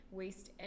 waste